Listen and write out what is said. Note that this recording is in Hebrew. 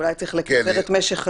ושאולי צריך לקצר את משך הזמן.